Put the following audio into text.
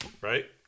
Right